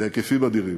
בהיקפים אדירים.